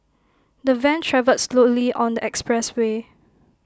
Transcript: the van travelled slowly on the expressway